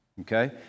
okay